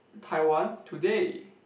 Taiwan today